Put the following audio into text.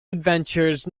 adventures